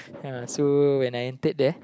ya so when I entered there